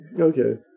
okay